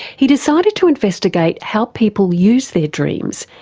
he decided to investigate how people use their dreams,